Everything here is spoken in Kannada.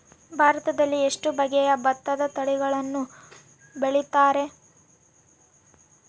ಭಾರತದಲ್ಲಿ ಎಷ್ಟು ಬಗೆಯ ಭತ್ತದ ತಳಿಗಳನ್ನು ಬೆಳೆಯುತ್ತಾರೆ?